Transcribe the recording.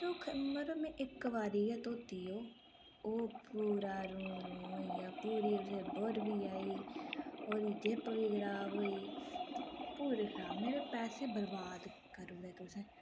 ते ओह् मतलब में इक बारी ऐ धोती ओह् ओह् पूरा रूं रूं होई गेआ पूरी उसी बुर बी आई ओह्दी जिप्प बी खराब होई पूरी खराब होई मेरे पैसे बरबाद करूढ़े तुसें